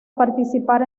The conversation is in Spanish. participar